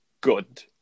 good